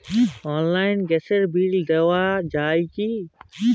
অনলাইনে গ্যাসের বিল দেওয়া যায় কি?